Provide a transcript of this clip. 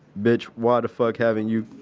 bitch, why the fuck haven't you